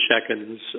seconds